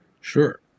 Sure